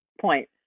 point